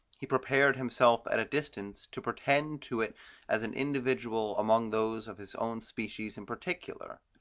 he prepared himself at a distance to pretend to it as an individual among those of his own species in particular.